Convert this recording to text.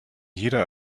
jeder